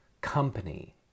company